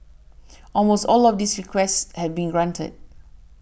almost all of these requests had been granted